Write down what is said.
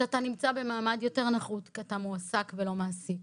שאתה נמצא במעמד יותר נחות כי אתה מועסק ולא מעסיק,